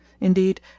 Indeed